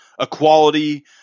equality